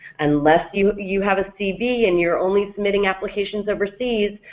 unless you you have a cv and you're only submitting applications overseas,